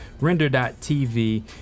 render.tv